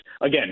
again